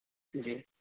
جی